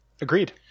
Agreed